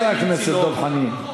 חבר הכנסת דב חנין.